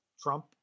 Trump